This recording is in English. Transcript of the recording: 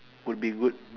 would be good